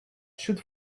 should